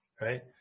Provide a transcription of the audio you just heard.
Right